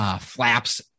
flaps